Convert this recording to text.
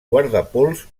guardapols